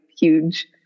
huge